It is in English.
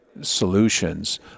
solutions